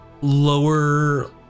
lower